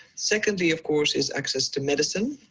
secondly, of course, is access to medicine.